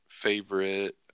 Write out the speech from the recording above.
Favorite